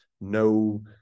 no